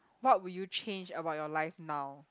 what would you change about your life now